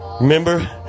Remember